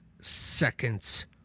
seconds